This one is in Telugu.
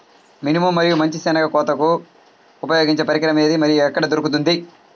మినుము మరియు మంచి శెనగ కోతకు ఉపయోగించే పరికరం ఏది మరియు ఎక్కడ దొరుకుతుంది?